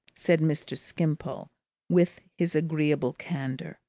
said mr. skimpole with his agreeable candour,